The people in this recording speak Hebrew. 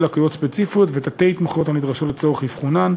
לקויות ספציפיות ותת-התמחויות הנדרשות לצורך אבחונן,